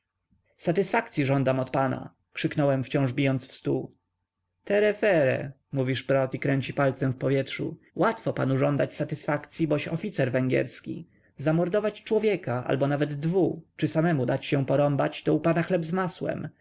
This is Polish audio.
satysfakcyi żądam od pana krzyknąłem wciąż bijąc w stół tere-fere mówi szprot i kręci palcem w powietrzu łatwo panu żądać satysfakcyi boś oficer węgierski zamordować człowieka albo nawet dwu czy samemu dać się porąbać to u pana chleb z masłem